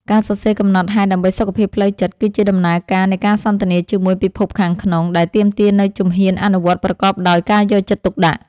ការសរសេរកំណត់ហេតុដើម្បីសុខភាពផ្លូវចិត្ត គឺជាដំណើរការនៃការសន្ទនាជាមួយពិភពខាងក្នុង ដែលទាមទារនូវជំហានអនុវត្តប្រកបដោយការយកចិត្តទុកដាក់។